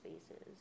spaces